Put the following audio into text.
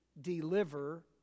deliver